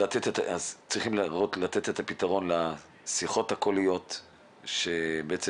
צריכים לתת את הפתרון לשיחות הקוליות שבעצם